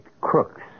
crooks